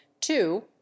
two